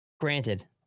Granted